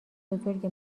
بزرگ